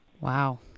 Wow